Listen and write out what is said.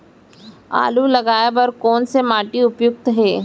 आलू लगाय बर कोन से माटी उपयुक्त हे?